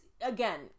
again